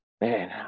Man